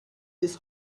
this